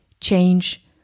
change